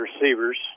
receivers